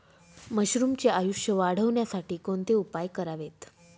मशरुमचे आयुष्य वाढवण्यासाठी कोणते उपाय करावेत?